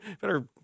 better